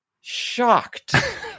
shocked